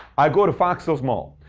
i go to fox hills mall.